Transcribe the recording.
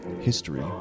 history